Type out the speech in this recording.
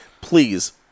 Please